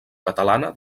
catalana